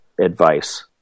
advice